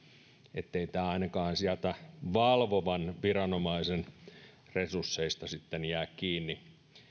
ettei tämä ainakaan sieltä valvovan viranomaisen resursseista sitten jää kiinni